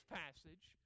passage